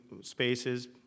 spaces